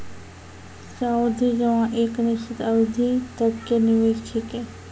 सावधि जमा एक निश्चित अवधि तक के निवेश छिकै